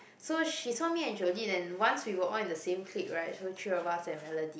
so she saw me and Jolene and once we were all in the same clique right so three of us and Melody